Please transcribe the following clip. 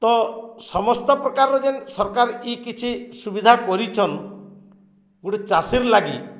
ତ ସମସ୍ତ ପ୍ରକାରର ଯେନ୍ ସରକାର ଇ କିଛି ସୁବିଧା କରିଛନ୍ ଗୋଟେ ଚାଷୀର୍ ଲାଗି